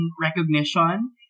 recognition